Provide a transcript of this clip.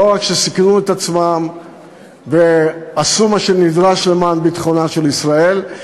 הם לא רק סיכנו את עצמם ועשו מה שנדרש למען ביטחונה של ישראל,